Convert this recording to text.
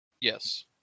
Yes